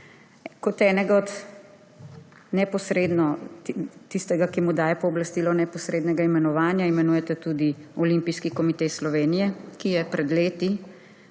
Kot enega, ki se mu daje pooblastilo neposrednega imenovanja, imenujete tudi Olimpijski komite Slovenije, ki je pred leti,